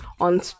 on